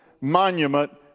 monument